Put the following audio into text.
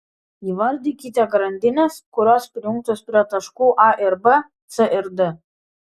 įvardykite grandines kurios prijungtos prie taškų a ir b c ir d